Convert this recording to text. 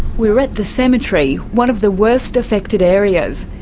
we're at the cemetery, one of the worst affected areas.